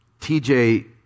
TJ